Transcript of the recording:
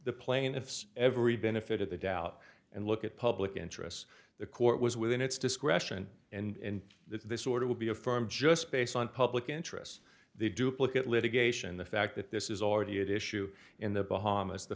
the plaintiffs every benefit of the doubt and look at public interests the court was within its discretion and this order will be affirmed just based on public interest the duplicate litigation the fact that this is already at issue in the bahamas the